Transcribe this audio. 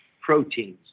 proteins